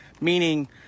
Meaning